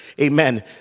Amen